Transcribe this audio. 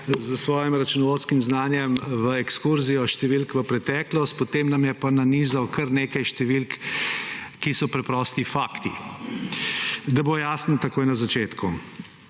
s svojim računovodskim znanjem v ekskurzijo številk v preteklost, potem nam je pa nanizal kar nekaj številk, ki so preprosti fakti. Da bo jasno takoj na začetku.